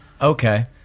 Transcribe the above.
Okay